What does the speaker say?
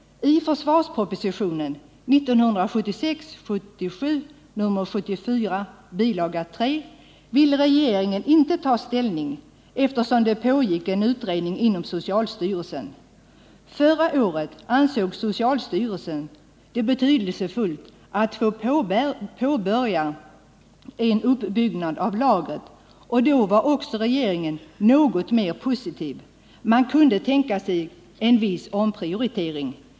I försvarspropositionen 1976/77:74 ville regeringen inte ta ställning, eftersom det pågick en utredning inom socialstyrelsen. Förra året ansåg socialstyrelsen det betydelsefullt att få påbörja en uppbyggnad av lagret, och då var också regeringen något mer positiv och kunde tänka sig en viss omprioritering.